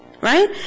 right